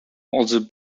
also